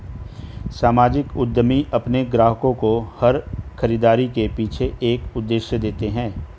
सामाजिक उद्यमी अपने ग्राहकों को हर खरीदारी के पीछे एक उद्देश्य देते हैं